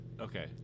Okay